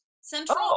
central